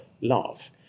love